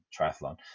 triathlon